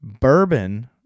Bourbon